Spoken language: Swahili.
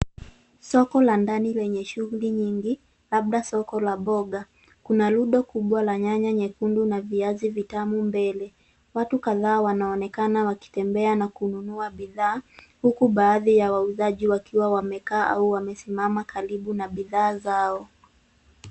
Soko la ndani enye shughuli nyingi, laba soko la mboga. Kuna rundo kubwa la nyanya nyekundu na viazi vitamu mbele. Watu kadhaa wanaonekana wakitembea na kununua bidhaa huku baadhi ya wauzaji wakiwa wamekaa au wamesimamama karibu na bidhaa zao.